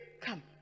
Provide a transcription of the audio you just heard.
come